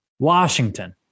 Washington